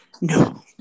No